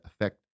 affect